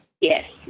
Yes